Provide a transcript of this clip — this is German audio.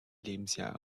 lebensjahr